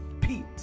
Pete